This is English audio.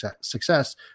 success